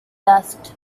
dust